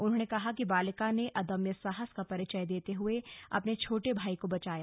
उन्होंने कहा कि बालिका ने अदम्य साहस का परिचय देते हुए अपने छोटे भाई को बचाया